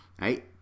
right